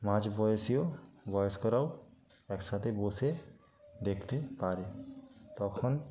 মাঝবয়সী ও বয়স্করাও একসাথে বসে দেখতে পারে তখন